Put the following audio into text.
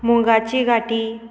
मुगाची गांटी